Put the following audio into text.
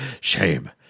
Shame